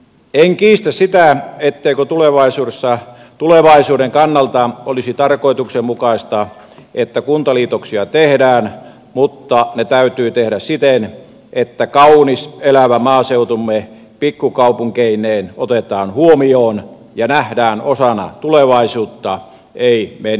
en kiistä sitä etteikö tulevaisuuden kannalta olisi tarkoituksenmukaista että kuntaliitoksia tehdään mutta ne täytyy tehdä siten että kaunis elävä maaseutumme pikkukaupunkeineen otetaan huomioon ja nähdään osana tulevaisuutta ei menneisyyttä